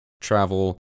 travel